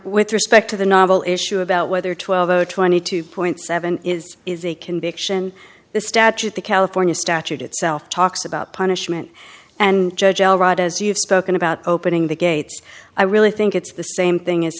with respect to the novel issue about whether twelve twenty two point seven is is a conviction the statute the california statute itself talks about punishment and judge all right as you've spoken about opening the gates i really think it's the same thing